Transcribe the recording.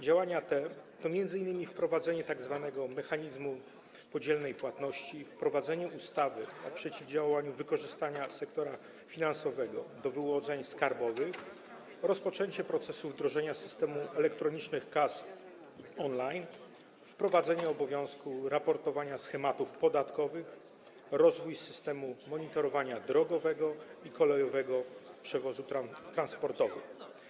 Działania te to m.in. wprowadzenie tzw. mechanizmu podzielonej płatności, wprowadzenie ustawy o zmianie niektórych ustaw w celu przeciwdziałania wykorzystywaniu sektora finansowego do wyłudzeń skarbowych, rozpoczęcie procesu wdrażania systemu elektronicznych kas on-line, wprowadzenie obowiązku raportowania schematów podatkowych, rozwój systemu monitorowania drogowego i kolejowego przewozów transportowych.